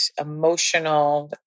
emotional